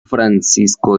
francisco